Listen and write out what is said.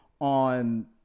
on